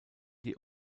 die